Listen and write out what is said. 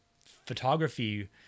photography